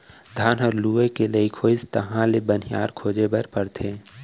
धान ह लूए के लइक होइस तहाँ ले बनिहार खोजे बर परथे